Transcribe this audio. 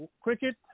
Cricket